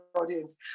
audience